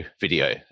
video